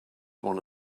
one